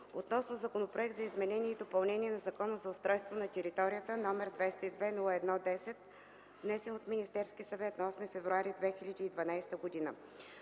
относно Законопроект за изменение и допълнение на Закона за устройство на територията, № 202-01-10, внесен от Министерския съвет на 8 февруари 2012 г.